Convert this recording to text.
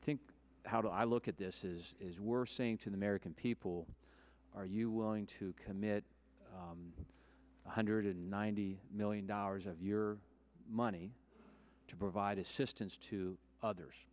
think how do i look at this is is we're saying to the american people are you willing to commit one hundred and ninety million dollars of your money to provide assistance to others